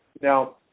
Now